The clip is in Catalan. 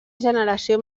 generació